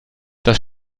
das